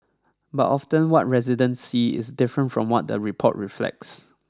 but often what residents see is different from what the report reflects